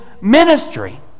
ministry